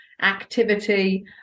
activity